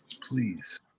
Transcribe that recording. Please